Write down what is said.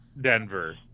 Denver